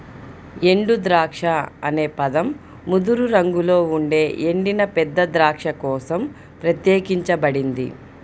ఎండుద్రాక్ష అనే పదం ముదురు రంగులో ఉండే ఎండిన పెద్ద ద్రాక్ష కోసం ప్రత్యేకించబడింది